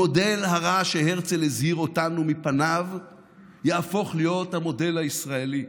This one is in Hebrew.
המודל הרע שהרצל הזהיר אותנו מפניו יהפוך להיות המודל הישראלי.